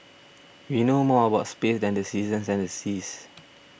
we know more about space than the seasons and the seas